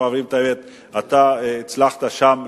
אתה הצלחת שם,